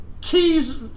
Keys